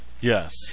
Yes